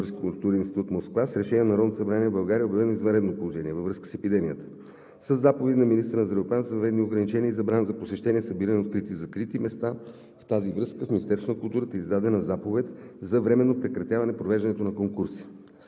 културен институт в Москва с решение на Народното събрание в България е обявено извънредно положение във връзка с епидемията. Със заповеди на министъра на здравеопазването са въведени ограничения и забрана за посещения, събиране на открити и закрити места. В тази връзка в Министерството на културата е издадена заповед за временно прекратяване провеждането на конкурси.